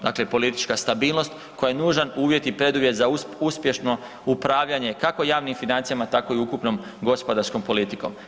Dakle, politička stabilnost koja je nužan uvjet i preduvjet za uspješno upravljanje kako javnim financijama tako i ukupnom gospodarskom politikom.